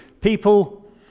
People